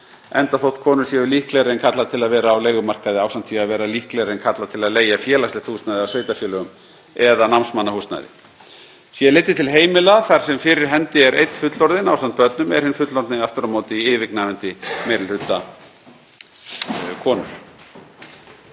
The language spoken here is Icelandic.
enda þótt konur séu líklegri en karlar til að vera á leigumarkaði ásamt því að vera líklegri en karlar til að leigja félagslegt húsnæði hjá sveitarfélögum eða námsmannahúsnæði. Sé litið til heimila þar sem fyrir hendi er einn fullorðinn ásamt börnum er hinn fullorðni aftur á móti í yfirgnæfandi meiri hluta konur.